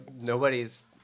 nobody's